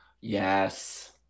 Yes